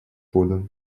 буду